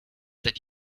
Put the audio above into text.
that